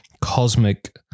cosmic